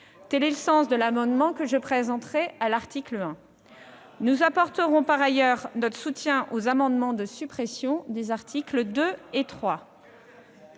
Tel est le sens de l'amendement que je déposerai à l'article 1. Nous apporterons par ailleurs notre soutien aux amendements de suppression des articles 2 et 3.